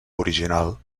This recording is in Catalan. original